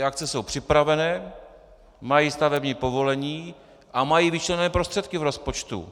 Akce jsou připravené, mají stavební povolení a mají vyčleněné prostředky v rozpočtu.